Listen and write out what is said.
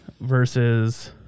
versus